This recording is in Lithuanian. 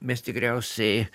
mes tikriausiai